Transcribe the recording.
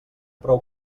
prou